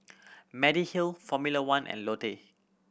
Mediheal Formula One and Lotte